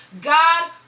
God